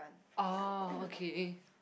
oh okay